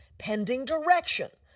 pend ing direction.